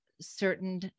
certain